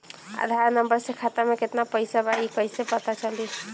आधार number से खाता में केतना पईसा बा ई क्ईसे पता चलि?